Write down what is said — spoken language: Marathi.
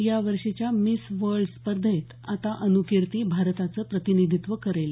या वर्षीच्या मिस वर्ल्ड स्पर्धेत आता अन्कीर्ती भारताचं प्रतिनिधित्व करेल